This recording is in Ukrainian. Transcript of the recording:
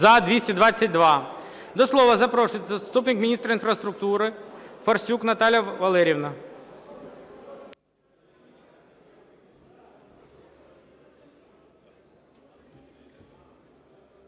За-222 До слова запрошується заступник міністра інфраструктури Форсюк Наталія Валеріївна.